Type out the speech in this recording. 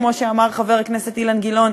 כמו שאמר חבר הכנסת אילן גילאון,